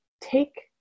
take